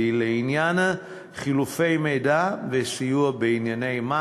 לעניין חילופי מידע וסיוע בענייני מס,